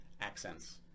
accents